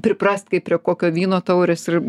priprast kaip prie kokio vyno taurės ir